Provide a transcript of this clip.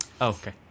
Okay